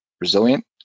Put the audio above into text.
resilient